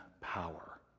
power